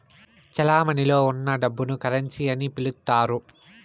చెలమణిలో ఉన్న డబ్బును కరెన్సీ అని పిలుత్తారు